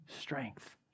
strength